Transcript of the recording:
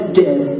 dead